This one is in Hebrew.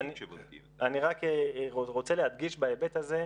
אני רק רוצה להדגיש בהיבט הזה,